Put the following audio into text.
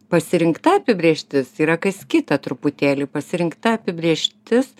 pasirinkta apibrėžtis yra kas kita truputėlį pasirinkta apibrėžtis